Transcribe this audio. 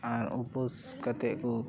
ᱟᱨ ᱩᱯᱟᱹᱥ ᱠᱟᱛᱮᱜ ᱠᱚ